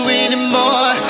anymore